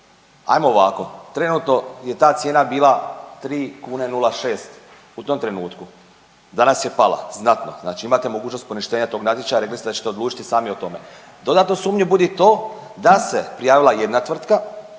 ajmo ovako trenutno je ta cijena bila 3 kuna 06 u tom trenutku, danas je pala, znatno. Znači imate mogućnost poništenja tog natječaja, rekli ste da ćete odlučiti sami o tome. Dodatnu sumnju budi to da se prijavila jedna tvrtka